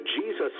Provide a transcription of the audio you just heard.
Jesus